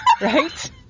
Right